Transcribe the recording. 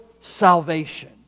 salvation